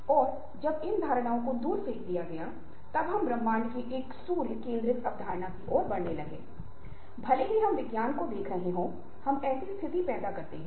इसलिए मूल रूप से अनुनय में दूसरों को उचित कार्रवाई लेने के लिए समझाना शामिल है बातचीत मे चर्चा करने और एक पारस्परिक रूप से संतोषजनक समझौते तक पहुंचने में सक्षम होना शामिल है